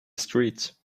streets